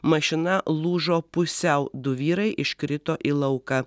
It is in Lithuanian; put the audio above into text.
mašina lūžo pusiau du vyrai iškrito į lauką